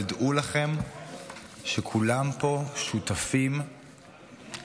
אבל דעו לכם שכולם פה שותפים לנושא,